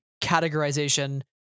categorization